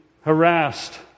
harassed